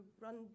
run